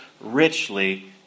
richly